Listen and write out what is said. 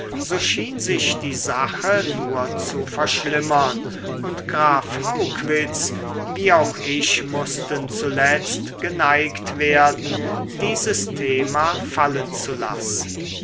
so schien sich die sache nur zu verschlimmern und graf haugwitz wie auch ich mußten zuletzt geneigt werden dieses thema fallen zu lassen